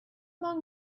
long